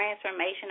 transformation